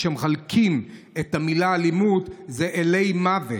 כשמחלקים את המילה "אלימות" זה אלי מוות.